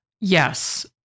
Yes